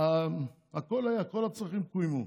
כל הצרכים קוימו,